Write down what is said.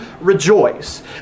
rejoice